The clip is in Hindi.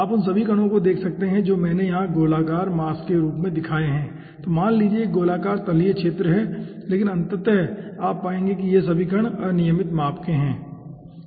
आप उन सभी कणों को देख सकते हैं जो मैंने यहां एक गोलाकार मास के रूप में दिखाए हैं या मान लीजिए कि एक गोलाकार तलीय क्षेत्र है लेकिन अंततः आप पाएंगे कि ये सभी कण अनियमित माप के हैं ठीक है